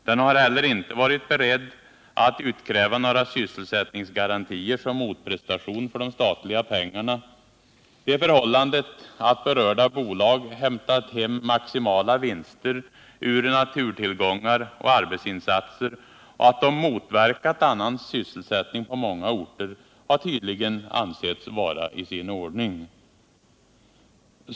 Den har heller inte varit beredd att utkräva några sysselsättningsgarantier som motprestation för de statliga pengarna. Det förhållandet att berörda bolag hämtat hem maximala vinster ur naturtillgångar och arbetsinsatser och att de motverkat annan sysselsättning på många orter har tydligen ansetts vara i sin ordning.